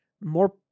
more